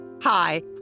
Hi